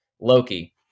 Loki